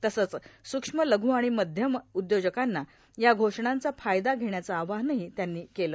तसंच सूक्ष्म लघ्र आणि मध्यम उद्योजकांना या घोषणांचा फायदा घेण्याचं आवाहनही त्यांनी केलं